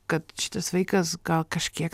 kad šitas vaikas gal kažkiek